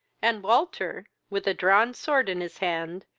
and walter, with a drawn sword in his hand,